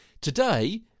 today